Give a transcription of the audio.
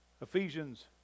Ephesians